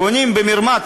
קונים במרמה,